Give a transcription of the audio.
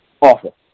Awful